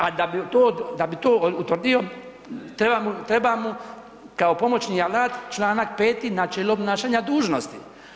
A da bi to utvrdio, treba mu kao pomoćni alat čl. 5. načelo obnašanja dužnosti.